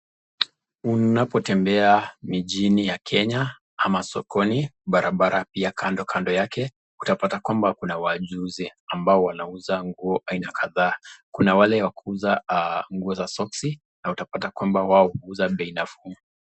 Unapotembea mijini ya kenya ama sokoni barabara ya kando kando yake utapata kuna wachuuzi ambao wanauza nguo aina kadhaa kuna wale wa kuuza nguo za soksi na utapata kwamba wao huuza bei nafuu.